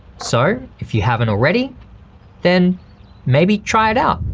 so if you haven't already then maybe try it out.